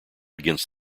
against